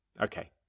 Okay